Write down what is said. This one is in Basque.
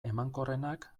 emankorrenak